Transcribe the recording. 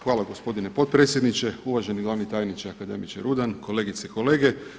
Hvala gospodine potpredsjedniče, uvaženi glavni tajniče akademiče Rudan, kolegice i kolege.